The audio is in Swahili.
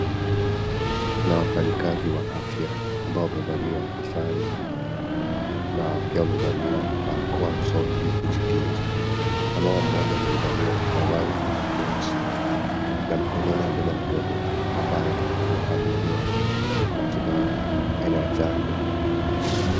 Kuna wafanyikazi wa afya ambao wamevalia sare na pia wamevalia barakoa usoni ili kujikinga na wao mmjoja aliyevalia mavazi nyeusi na mkononi amebeba mtoto ambaye anakadhiriwa matibabu aina ya chanjo.